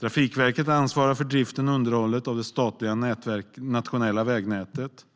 Trafikverket ansvarar för drift och underhåll av det statliga nationella vägnätet,